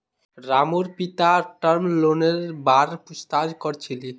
रामूर पिता टर्म लोनेर बार पूछताछ कर छिले